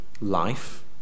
life